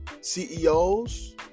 CEOs